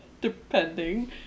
depending